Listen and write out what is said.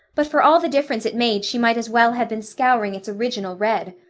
but for all the difference it made she might as well have been scouring its original red.